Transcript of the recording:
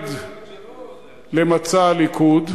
מנוגד למצע הליכוד,